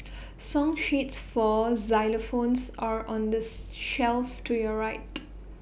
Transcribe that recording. song sheets for xylophones are on the shelf to your right